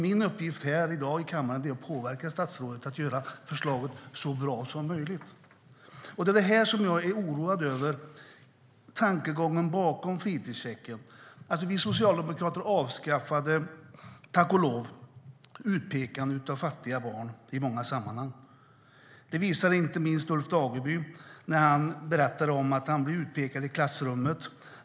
Min uppgift här i dag i kammaren är att påverka statsrådet att göra förslaget så bra som möjligt. Jag är oroad över tankegången bakom fritidschecken. Vi socialdemokrater avskaffade tack och lov utpekande av fattiga barn i många sammanhang. Det visade inte minst Ulf Dageby på när han berättade om att han blev utpekad i klassrummet.